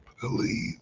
believe